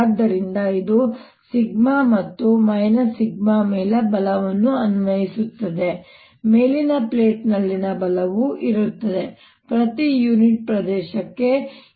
ಆದ್ದರಿಂದ ಇದು σ ಮತ್ತು σ ಮೇಲೆ ಬಲವನ್ನು ಅನ್ವಯಿಸುತ್ತದೆ ಮೇಲಿನ ಪ್ಲೇಟ್ನಲ್ಲಿನ ಬಲವು ಇರುತ್ತದೆ ಪ್ರತಿ ಯುನಿಟ್ ಪ್ರದೇಶಕ್ಕೆ E σ